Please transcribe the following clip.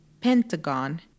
pentagon